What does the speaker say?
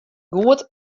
goed